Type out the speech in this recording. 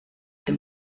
dem